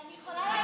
אני יכולה להשיב על,